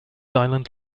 island